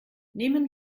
nehmen